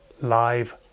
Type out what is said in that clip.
live